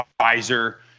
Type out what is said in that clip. advisor